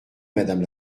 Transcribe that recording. madame